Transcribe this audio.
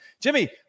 jimmy